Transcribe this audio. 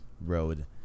Road